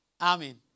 Amen